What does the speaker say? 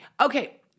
Okay